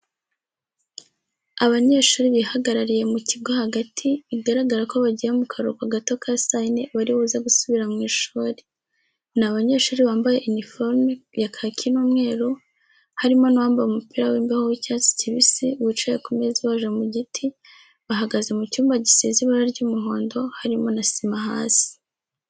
Abanyeshuri bihagarariye mu kigo hagati bigaragara ko bagiye mu karuhuko gato ka saa yine bari buze gusubira mu ishuri. Ni abanyeshuri bambaye iniforume ya kaki n'umweru, harimo n'uwambaye umupira w'imbeho w'icyatsi kibisi wicaye ku meza ibaje mu giti bahagaze mu cyumba gisize ibara ry'umuhondo harimo na sima hasi.